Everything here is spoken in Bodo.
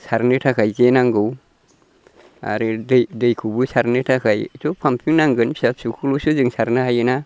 सारनो थाखाय जे नांगौ आरो दैखौबो सारनो थाखाय पाम्पिं नांगोन फिसा फिसौखौल'सो जों सारनो हायोना